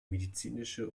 medizinische